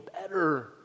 better